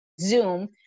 Zoom